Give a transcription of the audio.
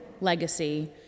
legacy